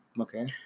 Okay